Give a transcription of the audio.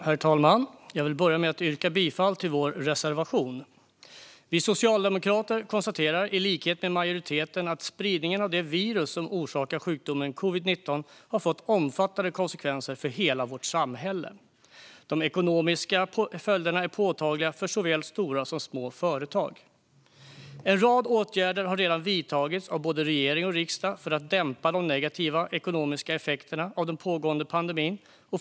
Herr talman! Jag vill börja med att yrka bifall till vår reservation. Personligt betalnings-ansvar i aktiebolag Vi socialdemokrater konstaterar, i likhet med majoriteten, att spridningen av det virus som orsakar sjukdomen covid-19 har fått omfattande konsekvenser för hela vårt samhälle. De ekonomiska följderna är påtagliga för såväl stora som små företag. En rad åtgärder har redan vidtagits av både regering och riksdag för att dämpa de negativa ekonomiska effekterna av den pågående pandemin.